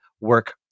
work